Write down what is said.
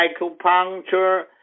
acupuncture